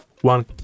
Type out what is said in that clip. one